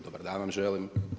Dobar dan vam želim.